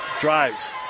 Drives